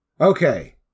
Okay